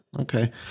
Okay